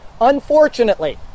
Unfortunately